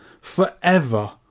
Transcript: forever